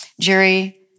Jerry